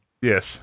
Yes